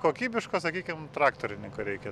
kokybiško sakykim traktorininko reikia